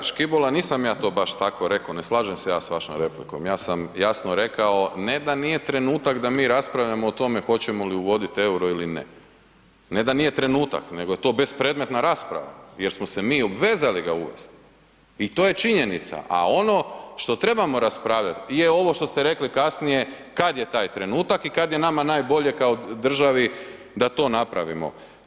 Kolega Škibola, nisam ja to baš tako reko ne slažem se ja s vašom replikom, ja sam jasno rekao ne da nije trenutak da mi raspravljamo o tome hoćemo li uvodit euro ili ne, ne da nije trenutak nego je to bespredmetna rasprava jer smo se mi obvezali ga uvest i to je činjenica a ono što trebamo raspravljat je ovo što ste rekli kasnije, kad je taj trenutak i kad je nama najbolje kao državi da to napravimo.